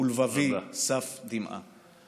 ולבבי סף דמעה".